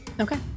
okay